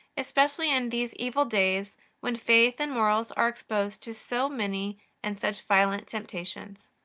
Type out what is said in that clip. especially in these evil days when faith and morals are exposed to so many and such violent temptations.